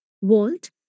Walt